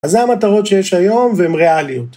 אז זה המטרות שיש היום והן ריאליות.